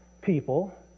people